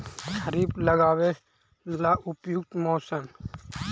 खरिफ लगाबे ला उपयुकत मौसम?